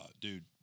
dude